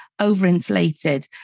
overinflated